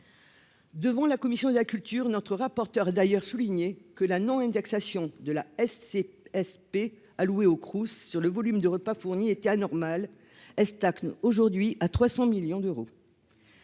devant la commission de la culture, notre rapporteur d'ailleurs souligné que la non-indexation de la S. P loué au Crous sur le volume de repas fournis étaient anormales, elle stagne aujourd'hui à 300 millions d'euros.